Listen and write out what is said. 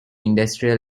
industrial